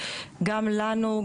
גם לנו,